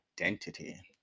identity